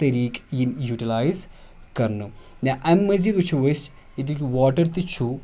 طریٖقہٕ یوٗٹٕلایز کرنہٕ یہ یا اَمہِ مٔزیٖد وٕچھو أسۍ ییٚتِکۍ واٹر تہِ چھُ